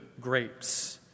grapes